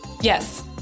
Yes